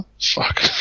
Fuck